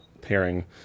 pairing